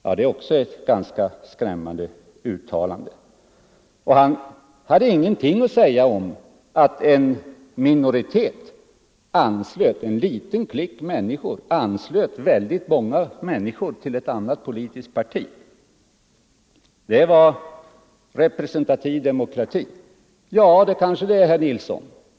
Ja, det är också ett ganska skrämmande uttalande. Herr Nilsson hade ingenting att säga om att en minoritet, en liten klick människor, anslöt väldigt många män niskor till ett visst politiskt parti — det är representativ demokrati, menade Nr 117 han. Ja, det kanske det är, herr Nilsson.